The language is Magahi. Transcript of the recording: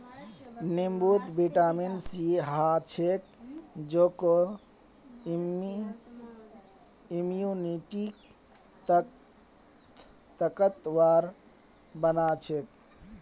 नींबूत विटामिन सी ह छेक जेको इम्यूनिटीक ताकतवर बना छेक